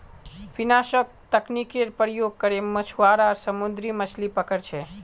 विनाशक तकनीकेर प्रयोग करे मछुआरा समुद्रत मछलि पकड़ छे